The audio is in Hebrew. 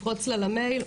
לפרוץ לה למייל.